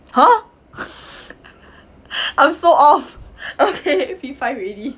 !huh! I'm so off okay P five already